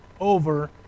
over